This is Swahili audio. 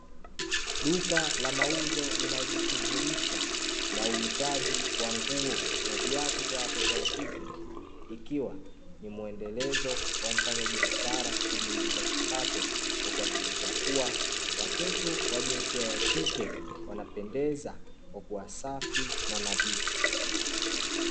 Duka la mauzo linalojishughulisha na uuzaji wa nguo na viatu vya watoto wa kike ikiwa ni muendelezo wa mfanyabiashara kujiingizia kipato kwa kuhakikisha kuwa, watoto wa jinsia wanapendeza kwa kuwa safi na nadhifu.